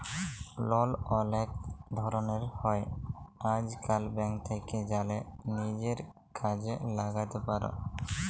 লল অলেক ধরলের হ্যয় আইজকাল, ব্যাংক থ্যাকে জ্যালে লিজের কাজে ল্যাগাতে পার